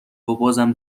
وبازم